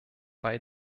bei